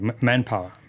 manpower